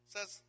Says